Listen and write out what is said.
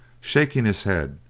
shaking his head,